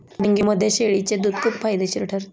डेंग्यूमध्ये शेळीचे दूध खूप फायदेशीर ठरते